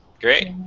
Great